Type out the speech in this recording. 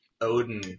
Odin